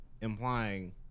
implying